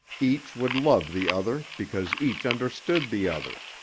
each would love the other because each understood the other.